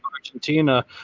Argentina